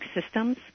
systems